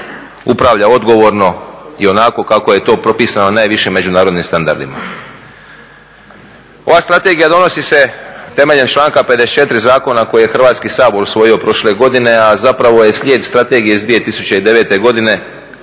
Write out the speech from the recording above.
upravlja odgovorno i onako kako je to propisano najvišim međunarodnim standardima. Ova strategija donosi se temeljem članka 54.zakona koji je Hrvatski sabor usvojio prošle godine, a slijed je strategije iz 2009.godine